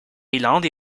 thaïlande